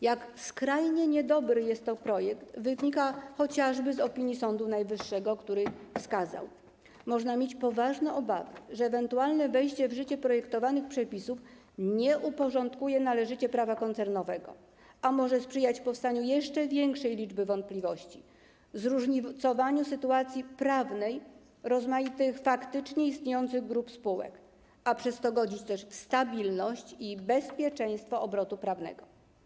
Jak skrajnie niedobry jest to projekt, wynika chociażby z opinii Sądu Najwyższego, który wskazał: Można mieć poważne obawy, że ewentualne wejście w życie projektowanych przepisów nie uporządkuje należycie prawa koncernowego, a może sprzyjać powstaniu jeszcze większej liczby wątpliwości, zróżnicowaniu sytuacji prawnej rozmaitych faktycznie istniejących grup spółek, a przez to godzić też w stabilność i bezpieczeństwo obrotu prawnego.